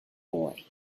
boy